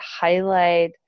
highlight